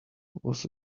was